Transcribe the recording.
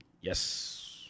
Yes